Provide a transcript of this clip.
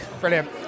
Brilliant